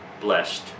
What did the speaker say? blessed